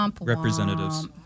representatives